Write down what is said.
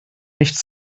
nicht